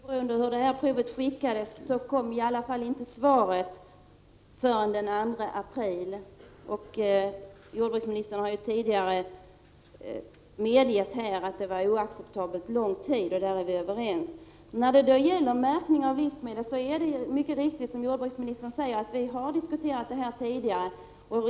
Herr talman! Oberoende av hur provet skickades kom svaret i alla fall inte förrän den 2 april. Jordbruksministern har tidigare medgett att det dröjde oacceptabelt lång tid, så där är vi överens. Det är mycket riktigt som jordbruksministern säger att vi har diskuterat märkning av livsmedel tidigare.